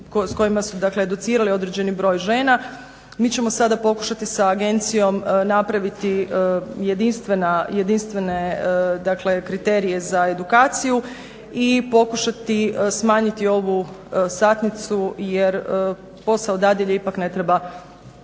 s kojima su educirali određeni broj žena. Mi ćemo sada pokušati sa agencijom napraviti jedinstvene dakle kriterije za edukaciju i pokušati smanjiti ovu satnicu jer posao dadilje ipak ne treba